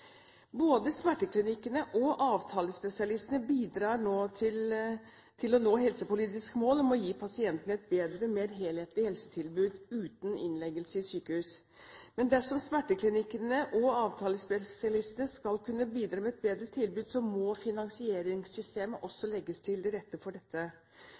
Både smerteklinikkene og avtalespesialistene bidrar nå til å nå helsepolitiske mål om å gi pasientene et bedre og mer helhetlig helsetilbud uten innleggelse i sykehus. Men dersom smerteklinikkene og avtalespesialistene skal kunne bidra med et bedre tilbud, må finansieringssystemet også legges til rette for dette.